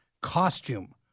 Costume